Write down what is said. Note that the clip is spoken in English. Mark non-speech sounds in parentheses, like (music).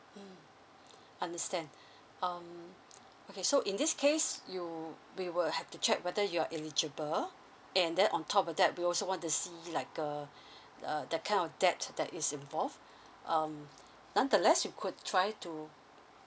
mm understand um okay so in this case you we will have to check whether you're eligible and then on top of that we also want to see like uh (breath) uh that kind of debt that is involved um nonetheless you could try to